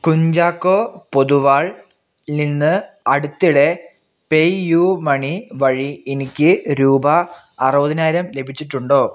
കുഞ്ചാക്കോ പൊതുവാൾ നിന്ന് അടുത്തിടെ pay you money വഴി എനിക്ക് രൂപ അറുപതിനായിരം ലഭിച്ചിട്ടുണ്ടോ